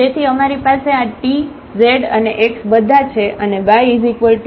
તેથી અમારી પાસે આ t z અને x બધા છે અને y2